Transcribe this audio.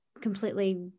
completely